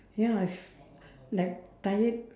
ya if like tired